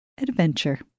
adventure